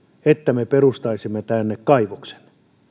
että me perustaisimme tänne kaivoksen